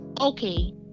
Okay